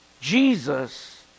Jesus